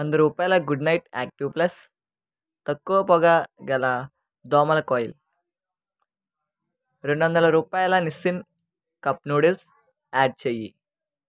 వంద రూపాయల Good Knight Active Plus తక్కువ పొగ గల దోమల కాయిల్ రెండొందల రూపాయల నిస్సిన్ కప్ నూడిల్స్ యాడ్ చెయ్యి